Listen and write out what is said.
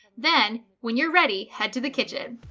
then, when you're ready, head to the kitchen.